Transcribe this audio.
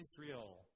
Israel